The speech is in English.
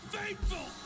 faithful